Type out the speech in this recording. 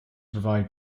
provide